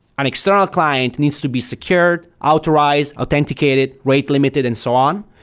an external client needs to be secured, authorized, authenticated, rate limited and so on.